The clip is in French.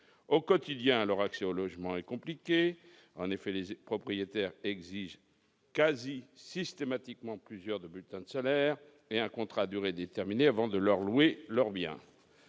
au quotidien leur accès au logement est compliquée en effet les propriétaires exigent quasi systématiquement plusieurs de bulletins de salaire et un contrat à durée déterminée, avant de leur louer leurs biens